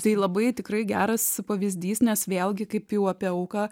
tai labai tikrai geras pavyzdys nes vėlgi kaip jau apie auką